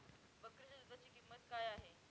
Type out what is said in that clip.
बकरीच्या दूधाची किंमत काय आहे?